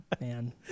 Man